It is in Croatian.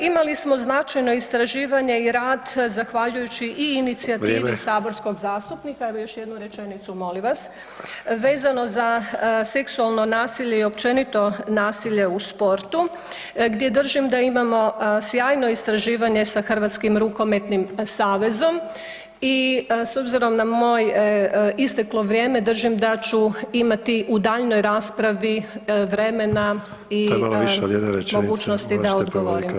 Imali smo značajno istraživanje i rad zahvaljujući i inicijativi [[Upadica: Vrijeme]] saborskog zastupnika, evo još jednu rečenicu molim vas, vezano za seksualno nasilje i općenito nasilje u sportu gdje držim da imamo sjajno istraživanje sa Hrvatskim rukometnim savezom i s obzirom na moj isteklo vrijeme držim da ću imati u daljnjoj raspravi vremena [[Upadica: Trebalo je više od jedne rečenice, morat ćete privodit kraju]] i mogućnosti da vam odgovorim.